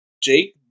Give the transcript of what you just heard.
Jake